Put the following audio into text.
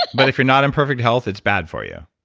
but if you're not in perfect health it's bad for you?